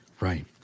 Right